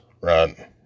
right